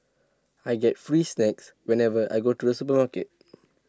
I get free snacks whenever I go to the supermarket